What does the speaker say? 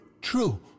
True